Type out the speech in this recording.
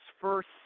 first